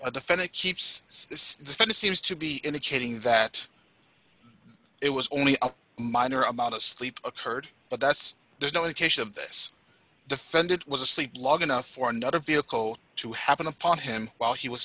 a defendant keeps suspended seems to be indicating that it was only a minor amount of sleep occurred but that's there's no indication of this defendant was asleep long enough for another vehicle to happen upon him while he was